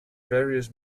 various